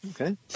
okay